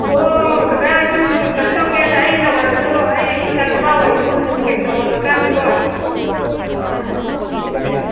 ꯍꯣꯏ ꯀꯀꯥ ꯑꯗꯨꯝ ꯀꯩꯅꯣ ꯇꯧꯒꯦ ꯑꯩꯅ ꯑꯣꯏꯔꯁꯨ ꯑꯩ ꯏꯆꯥ ꯅꯨꯄꯥ ꯅꯨꯄꯥ ꯑꯣꯏꯔꯁꯨ ꯃꯨꯟꯅ ꯆꯦꯛ ꯇꯧꯍꯜꯂ ꯀꯥꯟꯗꯀꯣ ꯎꯝ